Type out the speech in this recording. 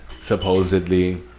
supposedly